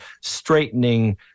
straightening